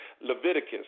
Leviticus